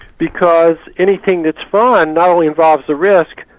because anything that's fun not only involves a risk,